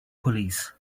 pulleys